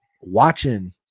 watching